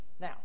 Now